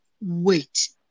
wait